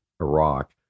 Iraq